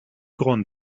grande